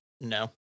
no